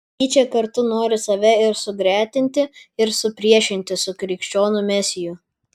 nyčė kartu nori save ir sugretinti ir supriešinti su krikščionių mesiju